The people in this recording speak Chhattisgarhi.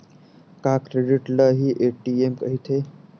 का क्रेडिट ल हि ए.टी.एम कहिथे?